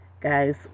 Guys